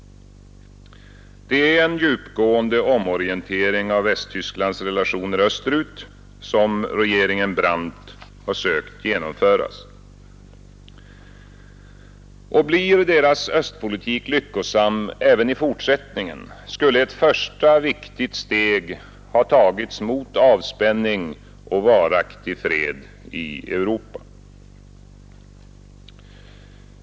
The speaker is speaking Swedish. Det är en djupgående omorientering av Västtysklands relationer österut som regeringen Brandt har sökt genomföra. Blir denna östpolitik lyckosam även i fortsättningen skulle ett första viktigt steg ha tagits mot avspänning och varaktig fred i Europa.